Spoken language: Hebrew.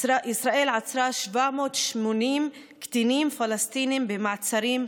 ישראל עצרה 780 קטינים פלסטינים במעצרים יזומים,